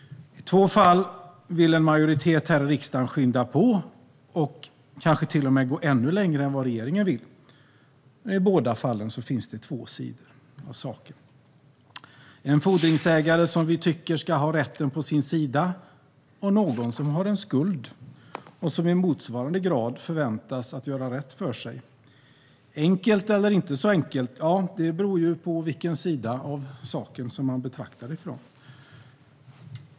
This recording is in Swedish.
I två fall vill en majoritet här i riksdagen skynda på och kanske till och med gå ännu längre än vad regeringen vill. I båda fallen finns det två sidor av saken - en fordringsägare som vi tycker ska ha rätten på sin sida och någon som har en skuld och som i motsvarande grad förväntas göra rätt för sig. Enkelt eller inte så enkelt - det beror på vilken sida av saken man betraktar det ifrån.